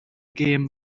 gêm